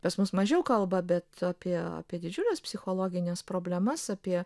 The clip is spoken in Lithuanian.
pas mus mažiau kalba bet apie apie didžiules psichologines problemas apie